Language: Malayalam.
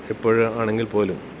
ഇപ്പോഴ് ആണെങ്കിൽപ്പോലും